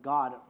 God